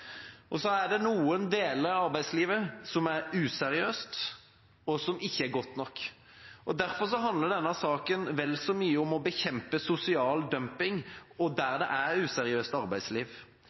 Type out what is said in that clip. godt. Så er det noen deler av arbeidslivet som er useriøst og som ikke er godt nok. Derfor handler denne saken vel så mye om å bekjempe sosial dumping og useriøst arbeidsliv.